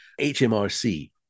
HMRC